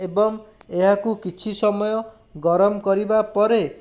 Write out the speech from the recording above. ଏବଂ ଏହାକୁ କିଛି ସମୟ ଗରମ କରିବାପରେ